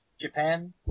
Japan